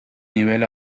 nivel